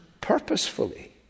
purposefully